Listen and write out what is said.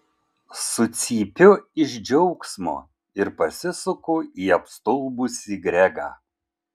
sucypiu iš džiaugsmo ir pasisuku į apstulbusį gregą